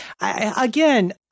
again